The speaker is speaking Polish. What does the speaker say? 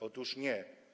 Otóż nie.